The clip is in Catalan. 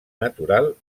natural